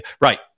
Right